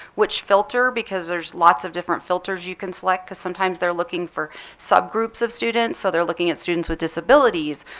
which filter? because there's lots of different filters you can select because sometimes they're looking for subgroups of students. so they're looking at students with disabilities,